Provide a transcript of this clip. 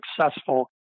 successful